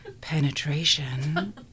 penetration